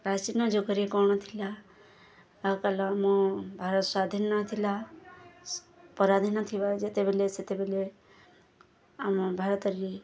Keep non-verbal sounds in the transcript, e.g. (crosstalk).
ପ୍ରାଚୀନ ଯୁଗରେ କ'ଣ ଥିଲା (unintelligible) ଭାରତ ସ୍ୱାଧୀନ ଥିଲା ପରାଧୀନ ଥିବା ଯେତେବେଳେ ସେତେବେଳେ ଆମ ଭାରତରେ